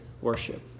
worship